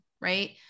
Right